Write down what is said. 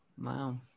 wow